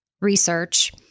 research